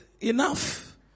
enough